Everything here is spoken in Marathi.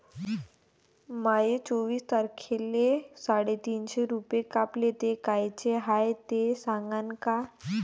माये चोवीस तारखेले साडेतीनशे रूपे कापले, ते कायचे हाय ते सांगान का?